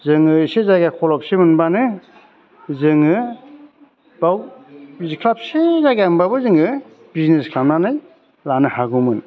जोङो एसे जायगा खलबसे मोनबानो जोङो बेयाव जिख्लाबसे जायगा मोनबाबो जोङो बिजनेस खालामनानै लानो हागौमोन